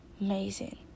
amazing